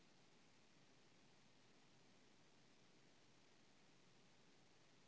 अब मुझे ऋण की स्थिति की जानकारी हेतु बारबार बैंक नहीं जाना पड़ेगा